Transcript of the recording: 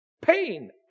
pain